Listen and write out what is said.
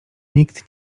nikt